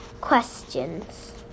questions